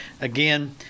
again